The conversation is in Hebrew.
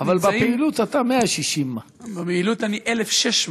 אבל בפעילות אתה 160. בפעילות אני 1,600,